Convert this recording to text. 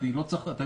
זה לא מוסתר,